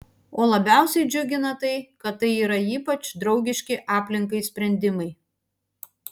o labiausiai džiugina tai kad tai yra ypač draugiški aplinkai sprendimai